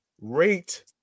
rate